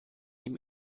ihm